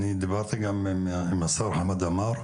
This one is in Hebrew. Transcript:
אני דיברתי גם עם השר חמד עמאר,